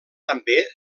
també